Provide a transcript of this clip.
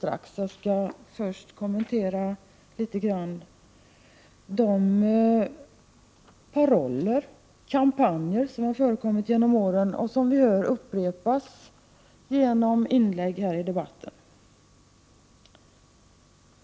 Först vill jag något litet kommentera de kampanjer som förekommit genom åren och som vi nu hör upprepas genom inläggen i debatten i dag.